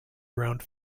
around